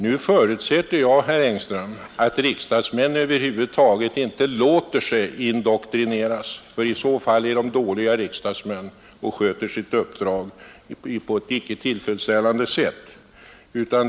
Nu förutsätter jag, herr Engström, att riksdagsmän inte låter sig indoktrinera — i så fall är de dåliga riksdagsmän och sköter inte tillfredställande sina uppgifter.